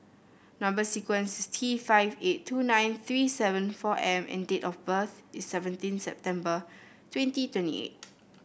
number sequence is T five eight two nine three seven four M and date of birth is seventeen September twenty twenty eight